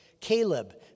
Caleb